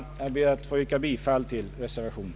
Jag ber att få yrka bifall till reservationen.